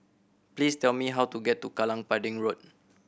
please tell me how to get to Kallang Pudding Road